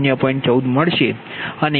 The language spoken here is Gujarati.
14 મળશે